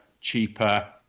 cheaper